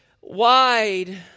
wide